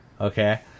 Okay